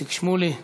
איציק שמולי.